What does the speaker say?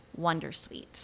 wondersuite